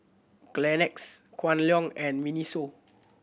Kleenex Kwan Loong and MINISO